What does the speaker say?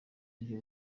buryo